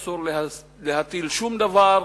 אסור להטיל שום דבר,